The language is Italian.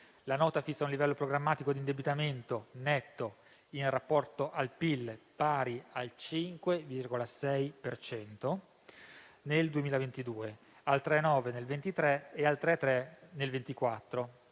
La Nota fissa un livello programmatico di indebitamento netto in rapporto al PIL pari al 5,6 per cento nel 2022, al 3,9 nel 2023 e al 3,3 nel 2024;